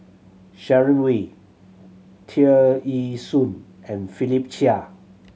Sharon Wee Tear Ee Soon and Philip Chia